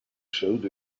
showed